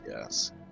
yes